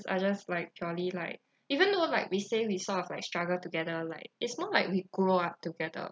are just like purely like even though like we say we sort of like struggled together like it's not like we grow up together